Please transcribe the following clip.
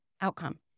outcome